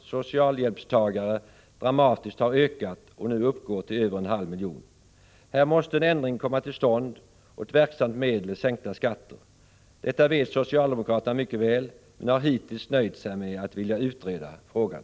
socialhjälpstagare dramatiskt har ökat och nu uppgår till över en halv miljon. Här måste en ändring komma till stånd, och ett verksamt medel är sänkta skatter. Detta vet socialdemokraterna mycket väl, men har hittills nöjt sig med att vilja utreda frågan.